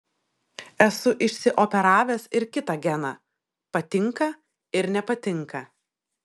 esu išsioperavęs ir kitą geną patinka ir nepatinka